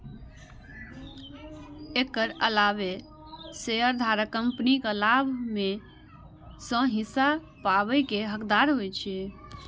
एकर अलावे शेयरधारक कंपनीक लाभ मे सं हिस्सा पाबै के हकदार होइ छै